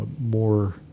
more